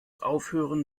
aufhören